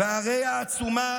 והרי העצומה,